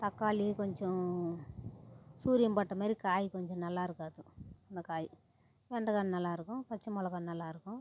தக்காளி கொஞ்சம் சூரியன் பட்ட மாதிரி காய் கொஞ்சம் நல்லாயிருக்காது அந்த காய் வெண்டக்காய் நல்லாயிருக்கும் பச்சை மிளகா நல்லாயிருக்கும்